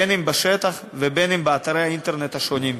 אם בשטח ואם באתרי האינטרנט השונים.